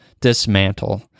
dismantle